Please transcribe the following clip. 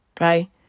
right